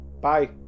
bye